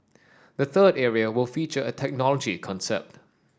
the third area will feature a technology concept